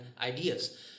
ideas